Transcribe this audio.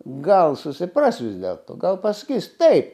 gal susipras vis dėlto gal pasakys taip